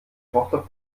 tochter